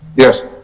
yes?